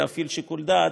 להפעיל שיקול דעת,